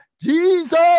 Jesus